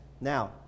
Now